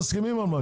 אני מסכים איתו.